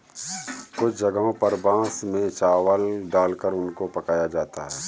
कुछ जगहों पर बांस में चावल डालकर उनको पकाया जाता है